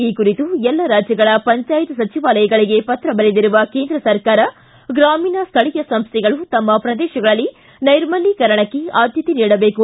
ಈ ಕುರಿತು ಎಲ್ಲ ರಾಜ್ಯಗಳ ಪಂಜಾಯತ್ ಸಚಿವಾಲಯಗಳಿಗೆ ಪತ್ರ ಬರೆದಿರುವ ಕೇಂದ್ರ ಸರ್ಕಾರ ಗ್ರಾಮೀಣ ಸ್ವಳೀಯ ಸಂಸ್ಥೆಗಳು ತಮ್ಮ ಪ್ರದೇಶಗಳಲ್ಲಿ ನೈರ್ಮಲೀಕರಣಕ್ಕೆ ಆದ್ಮತೆ ನೀಡಬೇಕು